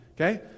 okay